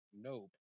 nope